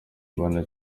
babana